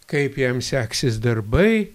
kaip jam seksis darbai